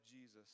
Jesus